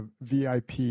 VIP